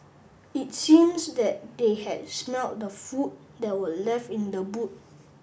it seems that they had smelt the food that were left in the boot